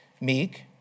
meek